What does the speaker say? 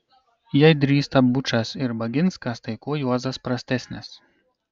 jei drįsta bučas ir baginskas tai kuo juozas prastesnis